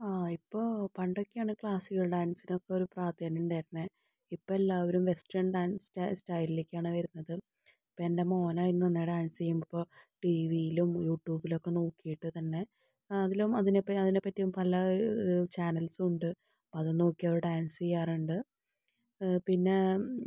ആ ഇപ്പോൾ പണ്ടൊക്കെയാണ് ക്ളാസിക്കൽ ഡാൻസിനൊക്കെ ഒരു പ്രാധാന്യം ഉണ്ടായിരുന്നത് ഇപ്പം എല്ലാവരും വെസ്റ്റേൺ ഡാൻസ് സ് സ്റ്റൈലിലേക്കാണ് വരുന്നത് ഇപ്പം എൻ്റെ മോനായിരുന്നു നന്നായി ഡാൻസെയ്യും ഇപ്പോൾ ടീവിയിലും യൂട്യുബിലും ഒക്കെ നോക്കിയിട്ട് തന്നെ ആ അതിലും അതിനിപ്പം അതിനെപ്പറ്റി പല ചാനൽസും ഉണ്ട് അപ്പം അത് നോക്കി അവൻ ഡാൻസ് ചെയ്യാറുണ്ട് പിന്നെ